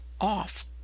off